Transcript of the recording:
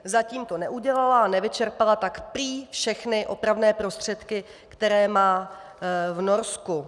Zatím to neudělala, a nevyčerpala tak prý všechny opravné prostředky, které má v Norsku.